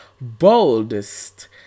boldest